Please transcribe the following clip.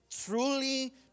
Truly